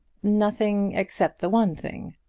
nothing except the one thing?